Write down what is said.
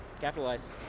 capitalize